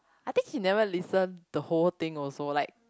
I think she never listen the whole thing also like